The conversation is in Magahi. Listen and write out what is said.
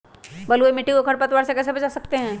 बलुई मिट्टी को खर पतवार से कैसे बच्चा सकते हैँ?